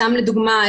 לדוגמה,